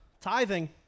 Tithing